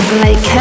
Blake